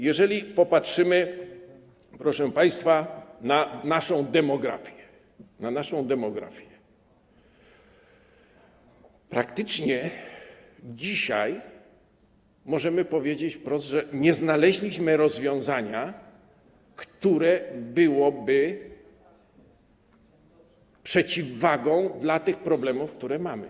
Jeżeli popatrzymy, proszę państwa, na naszą demografię, to dzisiaj praktycznie możemy powiedzieć wprost, że nie znaleźliśmy rozwiązania, które byłoby przeciwwagą dla tych problemów, które mamy.